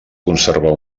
conservar